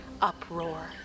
uproar